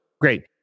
great